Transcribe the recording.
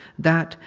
that,